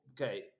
Okay